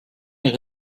est